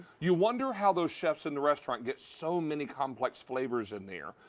you wonder how those chefs in the restaurant get so many complex flavors in there.